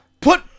put